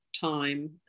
time